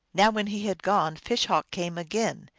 now when he had gone fish-hawk came again,